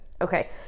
okay